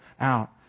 out